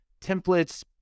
templates